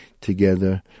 together